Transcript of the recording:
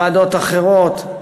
ועדות אחרות,